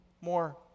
more